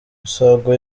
misago